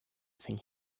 think